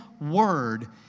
word